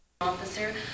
Officer